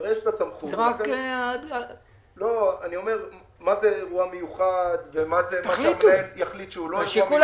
מה זה אירוע מיוחד, מה זה יחליט שהמנהל לא.